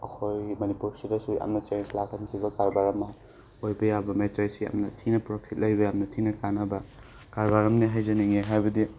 ꯑꯩꯈꯣꯏ ꯃꯅꯤꯄꯨꯔꯁꯤꯗꯁꯨ ꯌꯥꯝꯅ ꯆꯦꯟꯖ ꯂꯥꯛꯍꯟꯈꯤꯕ ꯀꯔꯕꯥꯔ ꯑꯃ ꯑꯣꯏꯕ ꯌꯥꯕ ꯃꯦꯇ꯭ꯔꯦꯁꯁꯦ ꯌꯥꯝꯅ ꯊꯤꯅ ꯄ꯭ꯔꯣꯐꯤꯠ ꯂꯩꯕ ꯌꯥꯝꯅ ꯊꯤꯅ ꯀꯥꯟꯅꯕ ꯀꯔꯕꯥꯔ ꯑꯃꯅꯦ ꯍꯥꯏꯖꯅꯤꯡꯉꯦ ꯍꯥꯏꯕꯗꯤ